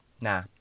nah